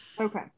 okay